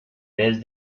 vez